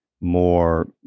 more